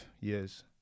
years